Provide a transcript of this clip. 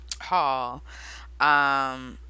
hall